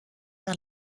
vers